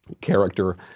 character